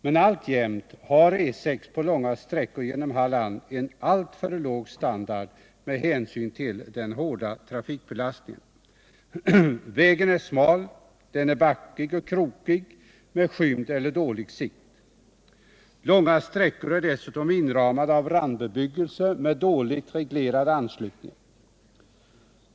Men alltjämt har E 6 på långa sträckor genom Halland alltför låg standard med hänsyn till den hårda trafikbelastningen. Vägen är smal, den är backig och krokig med skymd eller dålig sikt. Långa sträckor är dessutom inramade av randbebyggelse med dåligt reglerade anslutningar.